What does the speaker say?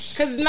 Cause